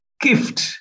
gift